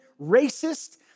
racist